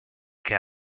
què